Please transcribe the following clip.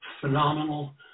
phenomenal